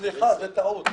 סליחה, זה טעות.